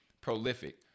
prolific